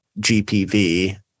GPV